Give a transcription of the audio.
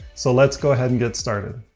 so let's go ahead and get started.